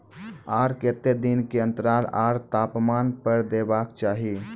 आर केते दिन के अन्तराल आर तापमान पर देबाक चाही?